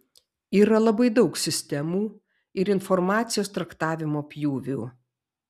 yra labai daug sistemų ir informacijos traktavimo pjūvių